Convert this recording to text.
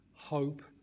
Hope